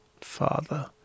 Father